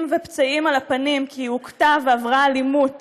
ופצעים על הפנים כי היא הוכתה ועברה אלימות